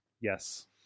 Yes